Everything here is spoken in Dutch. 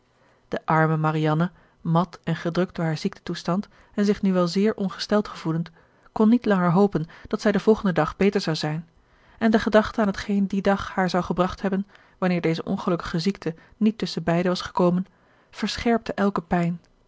de arme marianne mat en gedrukt door haar ziektetoestand en zich nu wel zeer ongesteld gevoelend kon niet langer hopen dat zij den volgenden dag beter zou zijn en de gedachte aan t geen die dag haar zou gebracht hebben wanneer deze ongelukkige ziekte niet tusschenbeide was gekomen verscherpte elke pijn